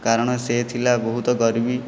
କାରଣ ସେ ଥିଲା ବହୁତ ଗର୍ବୀ